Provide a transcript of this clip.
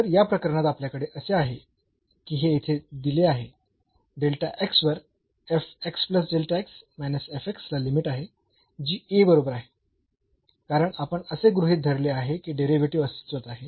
तर या प्रकरणात आपल्याकडे असे आहे की हे येथे दिले आहे वर ला लिमिट आहे जी A बरोबर आहे कारण आपण असे गृहीत धरले आहे की डेरिव्हेटिव्ह अस्तित्वात आहे